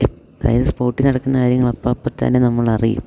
അതായത് സ്പോട്ടിൽ നടക്കുന്ന കാര്യങ്ങൾ അപ്പ അപ്പം തന്നെ നമ്മളറിയും